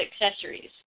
accessories